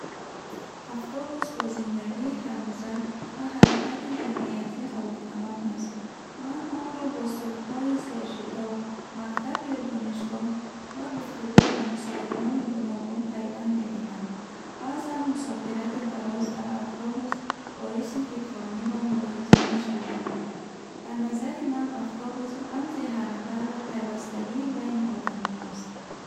Автобус бо зиндагии ҳаррӯза ва ҳаракати ҷамъиятӣ алоқаманд аст. Ман онро бо субҳҳои сершитоб, мактаб ё донишгоҳ ва гуфтугӯ бо мусофирони гуногун пайванд медиҳам. Баъзан мусофирати дароз дар автобус боиси фикрронӣ ва мулоҳиза мешавад. Ба назари ман, автобус рамзи ҳаракат ва пайвастагии байни одамон аст.